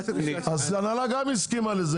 גם ההנהלה הסכימה לזה.